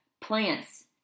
Plants